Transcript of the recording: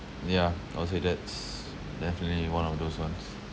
ya I would say that's definitely one of those ones